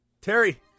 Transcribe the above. Terry